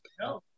No